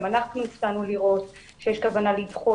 גם אנחנו הופתענו לראות שיש כוונה לדחות